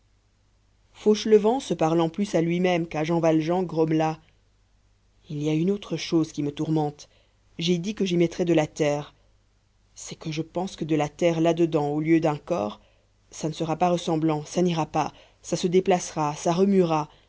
fauchelevent se parlant plus à lui-même qu'à jean valjean grommela il y a une autre chose qui me tourmente j'ai dit que j'y mettrais de la terre c'est que je pense que de la terre là-dedans au lieu d'un corps ça ne sera pas ressemblant ça n'ira pas ça se déplacera ça remuera